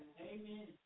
Amen